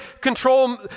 control